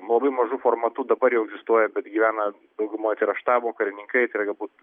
labai mažu formatu dabar jau egzistuoja bet gyvena daugumoj tai yra štabo karininkai tai yra galbūt